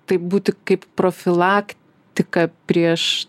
taip būti kaip profilaktika prieš